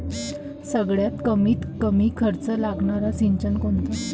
सगळ्यात कमीत कमी खर्च लागनारं सिंचन कोनचं?